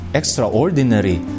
extraordinary